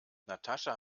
natascha